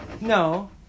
No